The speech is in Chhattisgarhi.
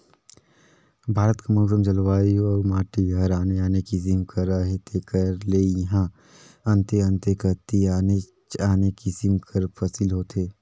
भारत कर मउसम, जलवायु अउ माटी हर आने आने किसिम कर अहे तेकर ले इहां अन्ते अन्ते कती आनेच आने किसिम कर फसिल होथे